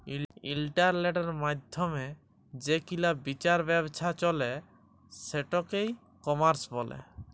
ইলটারলেটের মাইধ্যমে যে কিলা বিচার ব্যাবছা চলে সেটকে ই কমার্স ব্যলে